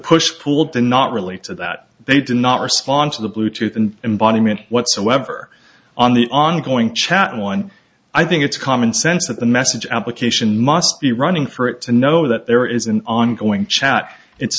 push pull to not relate so that they do not respond to the bluetooth and embodiment whatsoever on the ongoing chat one i think it's common sense that the message application must be running for it to know that there is an ongoing chat it's